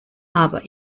aber